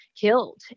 killed